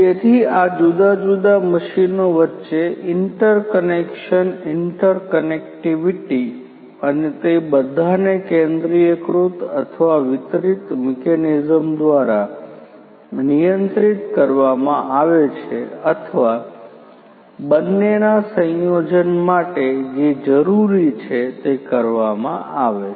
તેથી આ જુદા જુદા મશીનો વચ્ચે ઇન્ટરકનેક્શન ઇન્ટરકનેક્ટિવિટી અને તે બધાને કેન્દ્રીયકૃત અથવા વિતરિત મિકેનિઝમ દ્વારા નિયંત્રિત કરવામાં આવે છે અથવા બંનેના સંયોજન માટે જે જરૂરી છે તે કરવામાં આવે છે